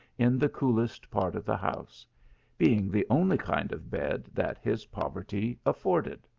in the coolest part of the house being the only kind of bed that his poverty afforded.